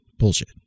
Bullshit